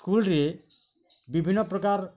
ସ୍କୁଲ୍ରେ ବିଭିନ୍ନ ପ୍ରକାର